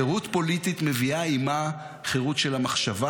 חירות פוליטית מביאה עימה חירות של המחשבה.